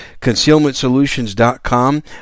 concealmentsolutions.com